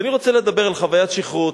ואני רוצה לדבר על חוויית שכרות,